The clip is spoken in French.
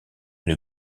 une